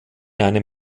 einem